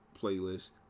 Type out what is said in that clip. playlist